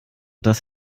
das